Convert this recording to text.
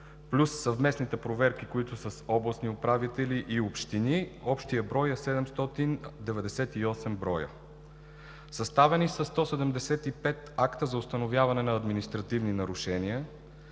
плюс съвместните проверки, които са с областните управители и общини – общият брой е 798 броя. Съставени са 175 акта за установяване на административни нарушения.